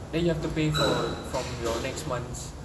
then you have to pay for from your next month's